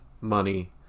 money